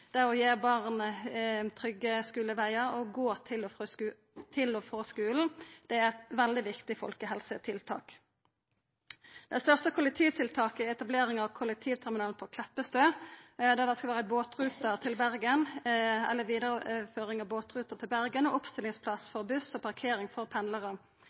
det å gi barn trygge skulevegar, og det å gå til og frå skulen, er veldig viktige folkehelsetiltak. Det største kollektivtiltaket er etablering av kollektivterminalen på Kleppestø, der det skal vera ei vidareføring av båtrute til Bergen og oppstillingsplass for buss og parkering for